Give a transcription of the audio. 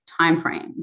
timeframes